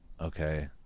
Okay